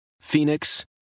Phoenix